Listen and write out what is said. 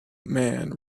man